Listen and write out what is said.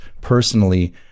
personally